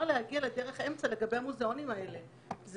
להגיע לדרך האמצע לגבי המוזיאונים האלה.